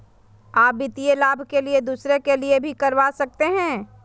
आ वित्तीय लाभ के लिए दूसरे के लिए भी करवा सकते हैं?